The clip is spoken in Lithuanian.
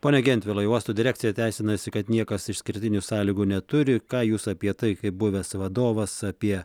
pone gentvilai uosto direkcija teisinasi kad niekas išskirtinių sąlygų neturi ką jūs apie tai kaip buvęs vadovas apie